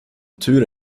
tur